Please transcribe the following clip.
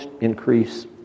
increase